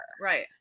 Right